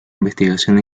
investigación